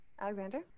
Alexander